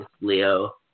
Leo